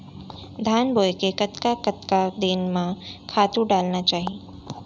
धान बोए के कतका कतका दिन म खातू डालना चाही?